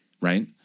right